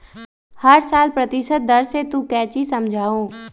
हर साल प्रतिशत दर से तू कौचि समझा हूँ